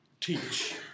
teach